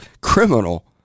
criminal